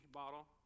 bottle